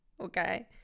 Okay